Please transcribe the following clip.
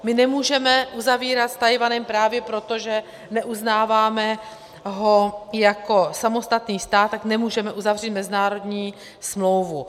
My nemůžeme uzavírat s Tchajwanem právě proto, že ho neuznáváme jako samostatný stát, tak nemůžeme uzavřít mezinárodní smlouvu.